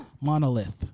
Monolith